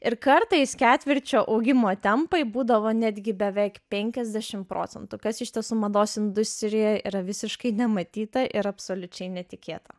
ir kartais ketvirčio augimo tempai būdavo netgi beveik penkiasdešim procentų kas iš tiesų mados industrijoj yra visiškai nematyta ir absoliučiai netikėta